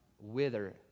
wither